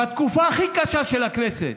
בתקופה הכי קשה של הכנסת,